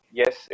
yes